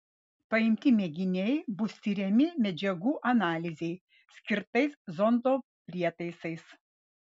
paimti mėginiai bus tiriami medžiagų analizei skirtais zondo prietaisais